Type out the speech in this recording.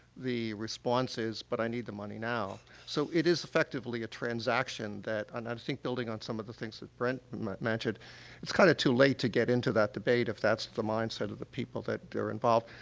the response is, but i need the money now. so, it is, effectively, a transaction that and i um think building on some of the things that brent mentioned it's kind of too late to get into that debate if that's the mindset of the people that they're involved.